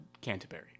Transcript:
Canterbury